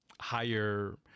higher